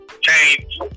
change